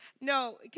No